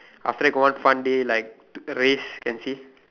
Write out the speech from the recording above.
after that got one fun day like race can see